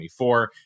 2024